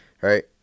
Right